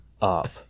up